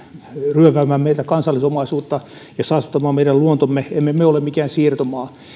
ryöväämään meiltä kansallisomaisuutta ja saastuttamaan meidän luontomme emme me ole mikään siirtomaa